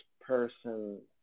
person